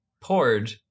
poured